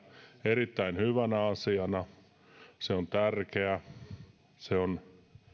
erittäin hyvänä asiana se on tärkeä se on